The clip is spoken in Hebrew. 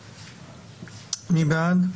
2022)." מי בעד?